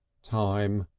time!